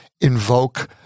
invoke